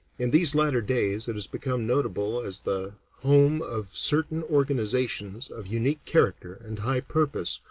in these latter days it has become notable as the home of certain organizations of unique character and high purpose,